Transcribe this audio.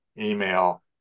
email